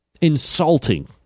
insulting